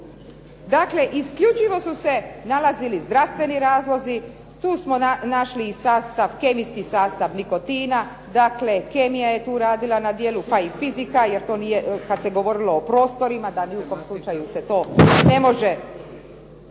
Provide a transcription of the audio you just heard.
Dakle, isključivo su se nalazili zdravstveni razlozi. Tu smo našli i kemijski sastav nikotina. Dakle, kemija je tu radila na djelu, pa i fizika jer to nije, kad se govorilo o prostorima da ni u kom slučaju se to ne može